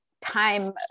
time